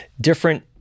different